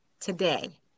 today